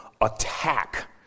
attack